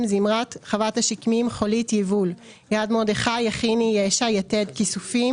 זמרת חוות השקמים חולית יבול יד מרדכי יכיני ישע יתד כיסופים